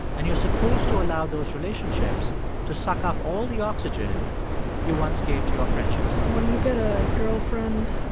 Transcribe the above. and you're supposed to allow those relationships to suck up all the oxygen you once gave to your friendships when you get a girlfriend,